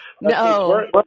No